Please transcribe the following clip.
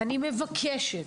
אני מבקשת,